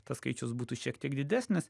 tas skaičius būtų šiek tiek didesnis